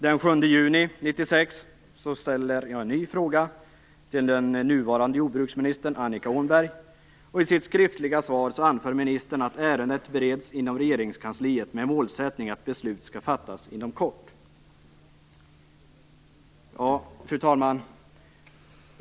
Den 7 juni 1996 ställde jag en ny fråga till den nuvarande jordbruksministern, Annika Åhnberg, och i sitt skriftliga svar anförde ministern att ärendet bereddes inom Regeringskansliet med målsättning att beslut skulle fattas inom kort. Fru talman!